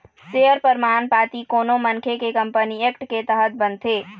share परमान पाती कोनो मनखे के कंपनी एक्ट के तहत बनथे